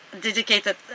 dedicated